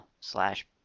slash